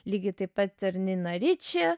lygiai taip pat ir nina riči